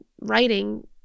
writing